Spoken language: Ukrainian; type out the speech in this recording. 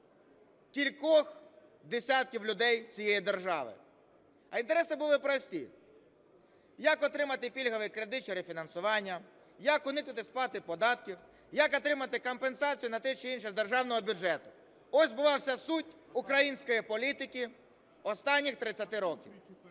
кількох десятків людей цієї держави, а інтереси були прості: як отримати пільговий кредит чи рефінансування, як уникнути сплати податків, як отримати компенсацію на те чи інше з державного бюджету – ось була вся суть української політики останніх 30 років.